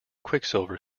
quicksilver